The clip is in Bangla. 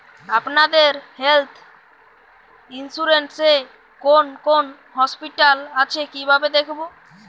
আপনাদের হেল্থ ইন্সুরেন্স এ কোন কোন হসপিটাল আছে কিভাবে দেখবো?